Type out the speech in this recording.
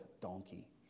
donkey